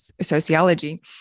sociology